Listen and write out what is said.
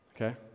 okay